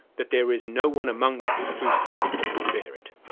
that there is no one among them whose heart would bear it.